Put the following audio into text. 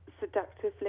Seductively